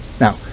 Now